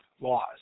laws